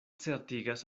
certigas